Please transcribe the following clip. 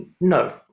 No